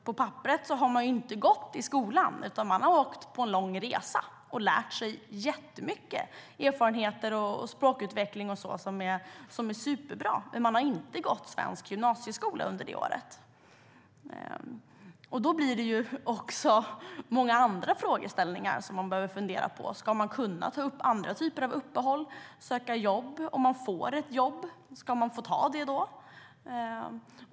På papperet har de alltså inte gått i skolan utan har åkt på en lång resa och lärt sig jättemycket. De har fått erfarenheter och språkutveckling som är superbra, men de har inte gått svensk gymnasieskola under det året. Det leder också till många andra frågor som vi behöver fundera på. Ska det gå att ta andra typer av uppehåll? Ska det gå att söka jobb? Om man får ett jobb, ska man få ta det då?